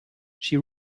she